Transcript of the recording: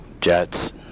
jets